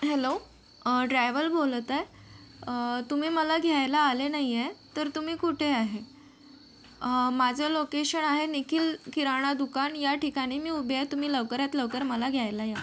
hello driver बोलत आहे तुम्ही मला घ्यायला आले नाही आहे तर तुम्ही कुठे आहे माझं लोकेशण आहे निखिल किराणा दुकान या ठिकाणी मी उभी आहे तुम्ही लवकरात लवकर मला घ्यायला या